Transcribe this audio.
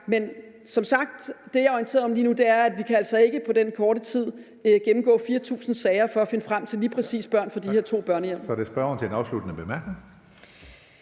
Men som sagt er det, jeg er orienteret om lige nu, altså, at vi ikke på den korte tid kan gennemgå 4.000 sager for at finde frem til lige præcis de børn fra de her to børnehjem.